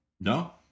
No